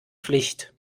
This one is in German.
pflicht